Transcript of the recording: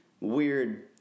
weird